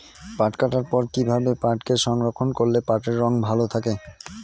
পাট কাটার পর কি ভাবে পাটকে সংরক্ষন করলে পাটের রং ভালো থাকে?